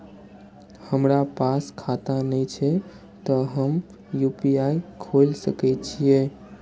हमरा पास खाता ने छे ते हम यू.पी.आई खोल सके छिए?